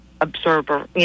observer